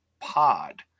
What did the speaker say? pod